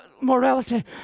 morality